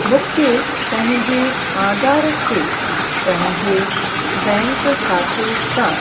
मूंखे पंहिंजे आधार खे पंहिंजे बैंक खाते सां